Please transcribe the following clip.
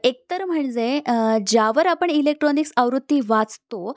एकतर म्हणजे ज्यावर आपण इलेक्ट्रॉनिक्स आवृत्ती वाचतो